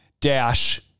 Dash